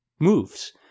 moves